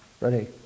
ready